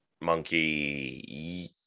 monkey